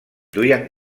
duien